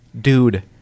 dude